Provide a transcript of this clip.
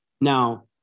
Now